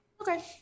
Okay